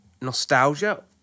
nostalgia